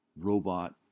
robot